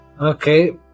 Okay